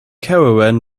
caravan